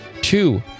two